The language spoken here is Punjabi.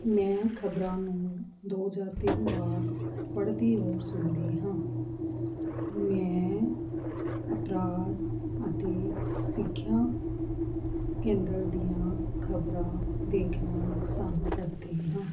ਮੈਂ ਖਬਰਾਂ ਨੂੰ ਦੋ ਜਾਂ ਤਿੰਨ ਵਾਰ ਪੜ੍ਹਦੀ ਔਰ ਸੁਣਦੀ ਹਾਂ ਮੈਂ ਅਪਰਾਧ ਅਤੇ ਸਿੱਖਿਆ ਕੇਂਦਰ ਦੀਆਂ ਖਬਰਾਂ ਦੇਖਣਾ ਪਸੰਦ ਕਰਦੀ ਹਾਂ